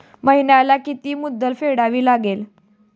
महिन्याला किती मुद्दल फेडावी लागेल?